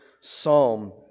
Psalm